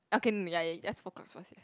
okay ya ya you just focus first